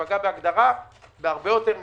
שתיפגע בהגדרה בהרבה יותר מ-25%.